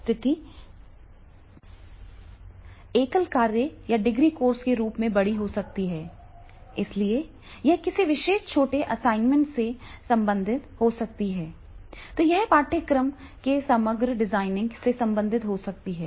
स्थिति एकल कार्य या डिग्री कोर्स के रूप में बड़ी हो सकती है इसलिए यह किसी विशेष छोटे असाइनमेंट से संबंधित हो सकती है या यह पाठ्यक्रम पाठ्यक्रम के समग्र डिजाइनिंग से संबंधित हो सकती है